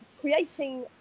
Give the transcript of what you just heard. creating